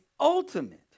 ultimate